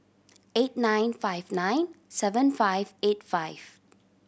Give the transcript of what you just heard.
eight nine five nine seven five eight five